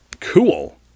Cool